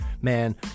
Man